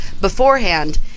beforehand